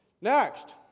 Next